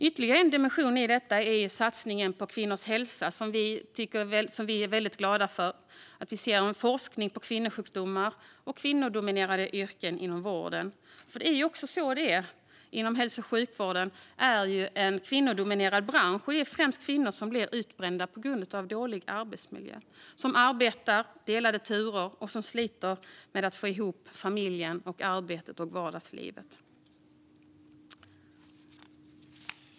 Ytterligare en dimension i detta är satsningen på kvinnors hälsa, som vi är väldigt glada för. Vi ser en forskning på kvinnosjukdomar och kvinnodominerade yrken inom vården. Hälso och sjukvården är ju en kvinnodominerad bransch, och det är främst kvinnor som blir utbrända på grund av dålig arbetsmiljö. De arbetar delade turer och sliter med att få ihop familjen, arbetet och vardagslivet.